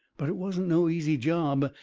but it wasn't no easy job.